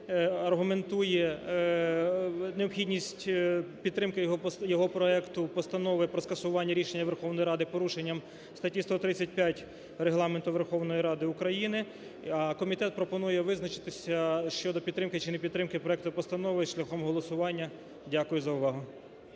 аргументує необхідність підтримки його проекту Постанови про скасування рішення Верховної Ради порушенням статті 135 Регламенту Верховної Ради України. Комітет пропонує визначитися щодо підтримки чи непідтримки проекту постанови шляхом голосування. Дякую за увагу.